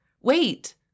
Wait